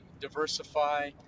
diversify